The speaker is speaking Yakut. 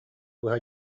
быһа